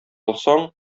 алсаң